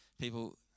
people